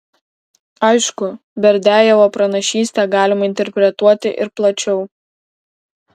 aišku berdiajevo pranašystę galima interpretuoti ir plačiau